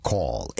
Call